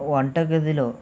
వంటగదిలో